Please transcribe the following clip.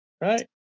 Right